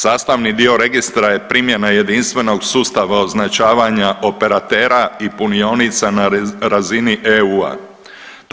Sastavni dio registra je primjena jedinstvenog sustava označavanja operatera i punionica na razini EU-a.